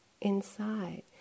inside